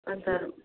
अन्त